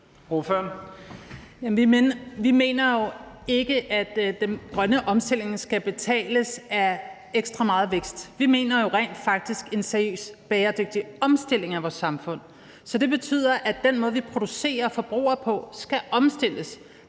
Vi mener jo ikke, at den grønne omstilling skal betales af ekstra meget vækst. Vi mener jo rent faktisk en seriøs bæredygtig omstilling af vores samfund. Det betyder, at den måde, vi producerer og forbruger på, skal omstilles.